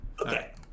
Okay